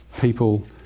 people